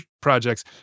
projects